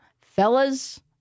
fellas